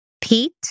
Pete